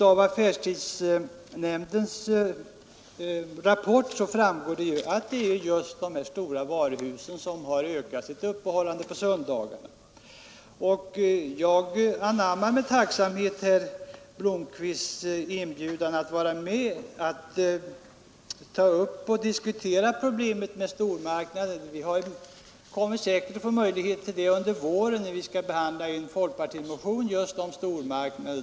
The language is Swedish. Av affärstidsnämndens rapport framgår ju att det är just de stora varuhusen som har ökat sitt öppethållande på söndagarna. Jag anammar med tacksamhet herr Blomkvists inbjudan att diskutera problemet med stormarknader. Vi kommer säkerligen att få möjlighet till det under våren när vi skall behandla en folkpartimotion om stormarknader.